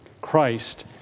Christ